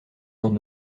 dans